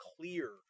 clear